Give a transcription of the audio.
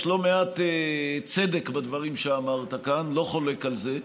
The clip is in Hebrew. יש לא מעט צדק בדברים שאמרת כאן, לא חולק על זה,